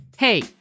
Hey